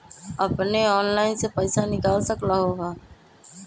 अपने ऑनलाइन से पईसा निकाल सकलहु ह?